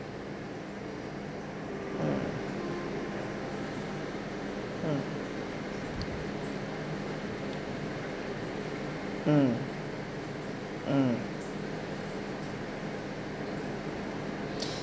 mm mm